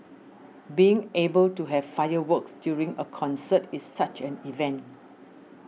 being able to have fireworks during a concert is such an event